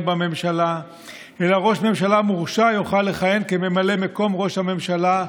בממשלה אלא ראש ממשלה מורשע יוכל לכהן כממלא-מקום ראש הממשלה,